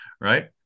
right